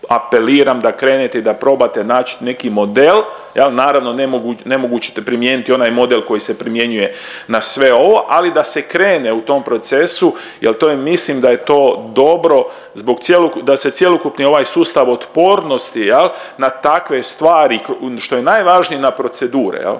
apeliram da krenete i da probate naći neki model, jel naravno nemogući te primijeniti onaj model koji se primjenjuje na sve ovo ali da se krene u tom procesu jer to je mislim da je to dobro zbog, da se cjelokupni ovaj sustav otpornosti jel na takve stvari što je najvažnije na procedure jel.